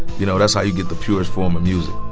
you know, that's how you get the purest form of music